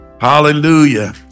Hallelujah